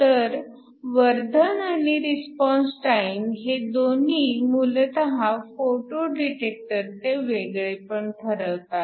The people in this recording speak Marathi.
तर वर्धन आणि रिस्पॉन्स टाइम हे दोन्ही मूलतः फोटो डिटेक्टरचे वेगळेपण ठरवतात